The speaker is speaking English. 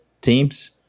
teams